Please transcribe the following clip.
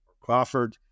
Crawford